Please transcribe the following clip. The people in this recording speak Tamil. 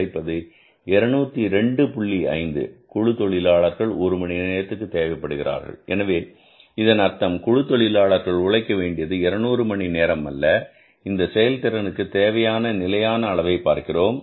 5 குழு தொழிலாளர்கள் ஒரு மணி நேரத்திற்கு தேவைப்படுகிறார்கள் எனவே இதன் அர்த்தம் குழு தொழிலாளர்கள் உழைக்க வேண்டியது 200 மணி நேரம் அல்ல இந்த செயல்திறனுக்கு தேவையான நிலையான அளவை பார்க்கிறோம்